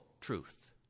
truth